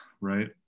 right